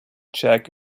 check